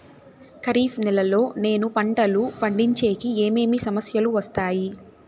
ఖరీఫ్ నెలలో నేను పంటలు పండించేకి ఏమేమి సమస్యలు వస్తాయి?